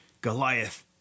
Goliath